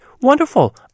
wonderful